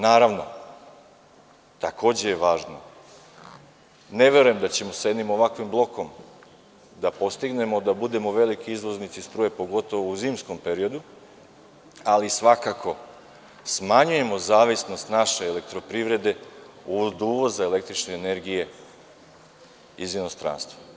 Naravno, takođe je važno, ne verujem da ćemo sa jednim ovakvim blokom da postignemo da budemo veliki izvoznici struje, pogotovo u zimskom periodu, ali svakako smanjuje zavisnost naše elektroprivrede od uvoza električne energije iz inostranstva.